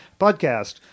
podcast